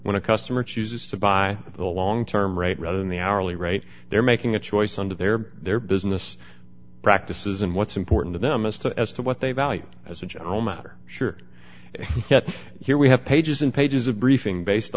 when a customer chooses to buy the long term rate rather than the hourly rate they're making a choice under their their business practices and what's important to them is to as to what they value as a general matter sure yet here we have pages and pages of briefing based